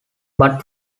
but